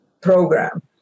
program